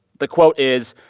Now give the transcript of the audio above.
the quote is,